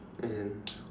and